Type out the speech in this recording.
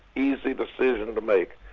easy decision to make.